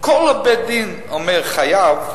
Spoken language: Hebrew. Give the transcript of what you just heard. כל בית-הדין אומר "חייב"